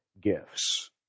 gifts